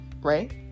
right